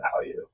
value